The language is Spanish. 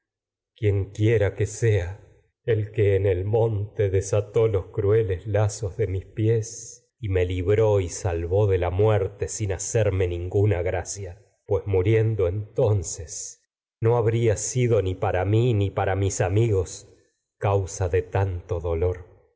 quienquiera lazos que sea el que en el monte desató crueles de mis pies y me libró y salvó de la muerte sin hacerme no ninguna gra para cia mí pues muriendo entonces causa habría sido ni ni para mis amigos y yo de tanto dolor